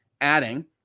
adding